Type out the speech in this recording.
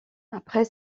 après